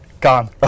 gone